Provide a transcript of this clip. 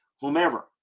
whomever